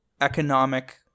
economic